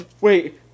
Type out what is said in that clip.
wait